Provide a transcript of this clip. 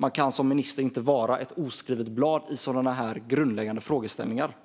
Man kan som minister inte vara ett oskrivet blad i sådana grundläggande frågeställningar.